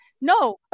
No